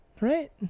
Right